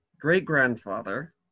great-grandfather